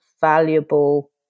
valuable